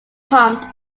pumped